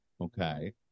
okay